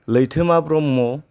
Laithoma Brahma